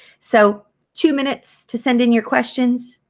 so two minutes to send in your questions.